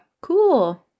cool